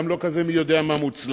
וגם לא כזה נאום בחירות מי-יודע-מה מוצלח.